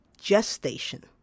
gestation